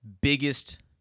biggest